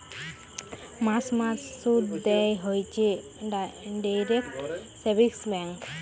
মাস মাস শুধ দেয় হইছে ডিইরেক্ট সেভিংস ব্যাঙ্ক